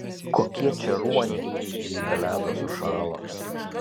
kokie čia ruoniai jei be ledo sušalo